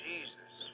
Jesus